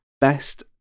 best